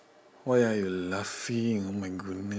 why are you laughing oh my goodness